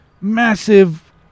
massive